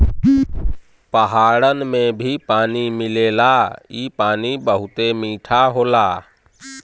पहाड़न में भी पानी मिलेला इ पानी बहुते मीठा होला